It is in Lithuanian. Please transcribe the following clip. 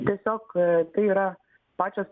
tiesiog tai yra pačios